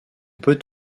peut